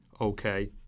okay